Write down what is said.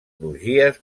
crugies